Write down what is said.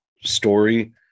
story